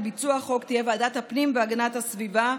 ביצוע החוק תהיה ועדת הפנים והגנת הסביבה,